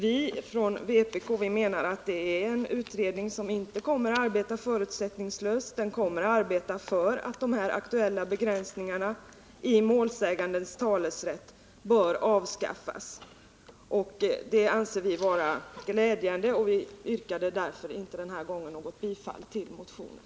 Vi från vpk menar att utredningen inte kommer att arbeta förutsättningslöst. Den kommer att arbeta för att de här aktualiserade begränsningarna i målsägandes talerätt skall avskaffas. Det anser vi vara glädjande, och vi yrkar därför inte den här gången något bifall till motionen.